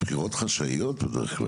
הבחירות חשאיות בדרך כלל.